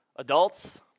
Adults